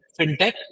fintech